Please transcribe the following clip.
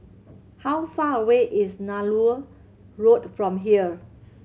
how far away is Nallur Road from here